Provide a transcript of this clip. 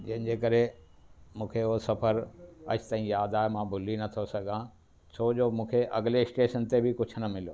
जंहिं जे करे मूंखे इहो सफर अॼु ताईं यादि आहे मां भुली नथो सघां छो जो मूंखे अॻिले स्टेशन ते बि कुझु न मिलियो